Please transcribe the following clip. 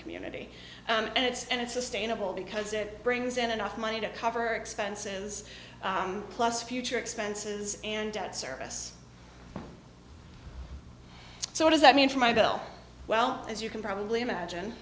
community and it's and it's sustainable because it brings in enough money to cover expenses plus future expenses and debt service so what does that mean for my bill well as you can probably imagine